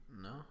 No